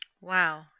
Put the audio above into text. Wow